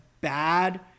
bad